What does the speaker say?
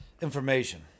information